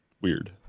weird